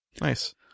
nice